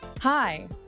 Hi